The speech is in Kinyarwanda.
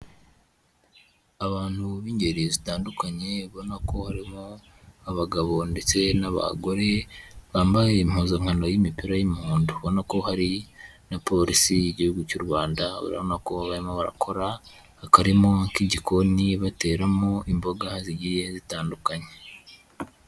Abantu b'ingeri zitandukanye ubona ko harimo abagabo ndetse n'abagore bambaye impuzankano y'imipira y'umuhondo. Ubona ko hari na polisi y'igihugu cy'u Rwanda, urabona ko barimo barakora akarima k'igikoni bateramo imboga zigiye zitandukanye.